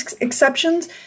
exceptions